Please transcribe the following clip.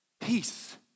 peace